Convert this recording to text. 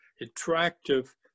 attractive